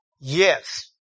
Yes